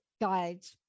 guides